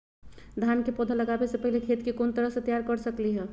धान के पौधा लगाबे से पहिले खेत के कोन तरह से तैयार कर सकली ह?